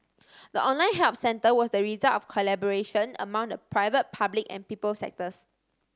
the online help centre was the result of collaboration among the private public and people sectors